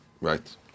Right